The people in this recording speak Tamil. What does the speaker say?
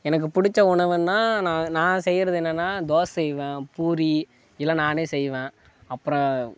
எனக்கு பிடிச்ச உணவுன்னா நான் நான் செய்கிறது என்னனா தோசை செய்வேன் பூரி இதல்லாம் நானே செய்வேன் அப்புறம்